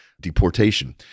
deportation